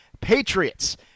Patriots